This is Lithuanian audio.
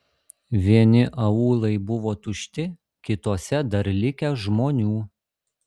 vieni aūlai buvo tušti kituose dar likę žmonių